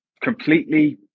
completely